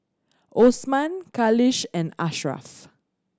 Osman Khalish and Ashraff